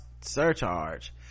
surcharge